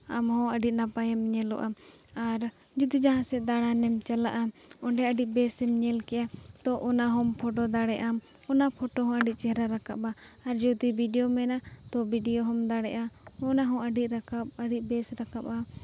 ᱟᱢ ᱦᱚᱸ ᱟᱹᱰᱤ ᱱᱟᱯᱟᱭᱮᱢ ᱧᱮᱞᱚᱜᱼᱟ ᱟᱨ ᱡᱩᱫᱤ ᱡᱟᱦᱟᱸ ᱥᱮᱫ ᱫᱟᱲᱟᱱᱮᱢ ᱪᱟᱞᱟᱜᱼᱟ ᱚᱸᱰᱮ ᱟᱹᱰᱤ ᱵᱮᱥ ᱮᱢ ᱧᱮᱞ ᱠᱚᱜᱼᱟ ᱛᱚ ᱚᱱᱟ ᱦᱚᱢ ᱯᱷᱳᱴᱳ ᱫᱟᱲᱮᱭᱟᱜᱼᱟ ᱚᱱᱟ ᱯᱷᱳᱴᱳ ᱦᱚᱸ ᱟᱹᱰᱤ ᱪᱮᱦᱨᱟ ᱨᱟᱠᱟᱵᱟ ᱟᱨ ᱡᱩᱫᱤ ᱵᱷᱤᱰᱤᱭᱳᱢ ᱢᱮᱱᱟ ᱛᱚ ᱵᱷᱤᱰᱤᱭᱳ ᱦᱚᱢ ᱫᱟᱲᱮᱭᱟᱜᱼᱟ ᱚᱱᱟ ᱦᱚᱸ ᱟᱹᱰᱤ ᱨᱟᱠᱟᱵ ᱟᱹᱰᱤ ᱵᱮᱥ ᱨᱟᱠᱟᱵᱟ